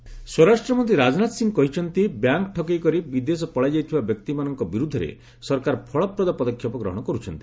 ରାଜନାଥ କାନପୁର ସ୍ୱରାଷ୍ଟ୍ରମନ୍ତ୍ରୀ ରାଜନାଥ ସିଂହ କହିଛନ୍ତି ବ୍ୟାଙ୍କ୍ ଠକେଇ କରି ବିଦେଶ ପଳାଇଯାଇଥିବା ବ୍ୟକ୍ତିମାନଙ୍କ ବିରୁଦ୍ଧରେ ସରକାର ଫଳପ୍ରଦ ପଦକ୍ଷେପ ଗ୍ରହଣ କରୁଛନ୍ତି